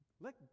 Let